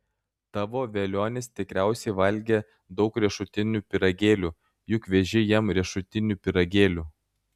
tavo velionis tikriausiai valgė daug riešutinių pyragėlių juk veži jam riešutinių pyragėlių